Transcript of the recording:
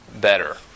better